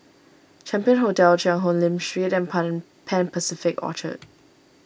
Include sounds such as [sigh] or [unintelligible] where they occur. Champion Hotel Cheang Hong Lim Street [unintelligible] Pan Pacific Orchard